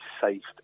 safe